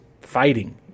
fighting